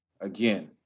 Again